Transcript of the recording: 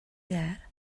that